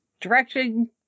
directing